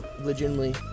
legitimately